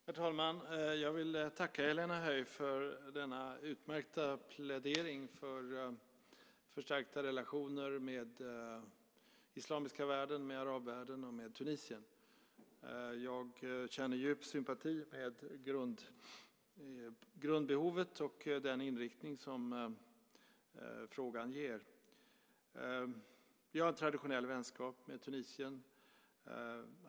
Herr talman! Jag vill tacka Helena Höij för denna utmärkta plädering för förstärkta relationer med den islamiska världen, med arabvärlden och med Tunisien. Jag känner djup sympati med grundbehovet och den inriktning som frågan ger. Vi har en traditionell vänskap med Tunisien.